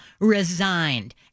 resigned